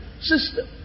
system